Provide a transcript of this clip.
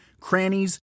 crannies